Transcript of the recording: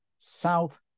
south